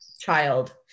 child